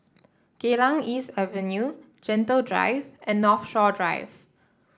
Geylang East Avenue Gentle Drive and Northshore Drive